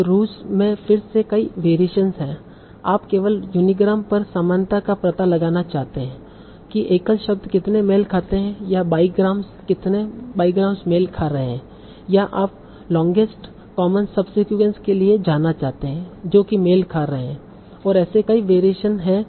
तो रूज में फिर से कई वेरिएशन हैं क्या आप केवल यूनीग्राम पर समानता का पता लगाना चाहते हैं कि एकल शब्द कितने मेल खाते हैं या बाईग्राम्स कितने बाईग्राम्स मेल खा रहे हैं या आप लांगेस्ट कॉमन सबसीक्वेंस के लिए जाना चाहते हैं जो कि मेल खा रहे हैं और ऐसे कई वेरिएशन हैं